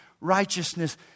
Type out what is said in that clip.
righteousness